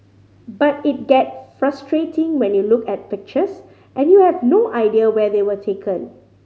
but it get frustrating when you look at pictures and you have no idea where they were taken